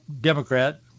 Democrat